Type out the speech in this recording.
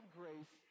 grace